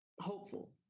hopeful